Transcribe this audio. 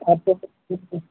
آپ سب ہیں